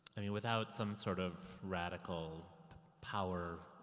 i mean, without some sort of radical power,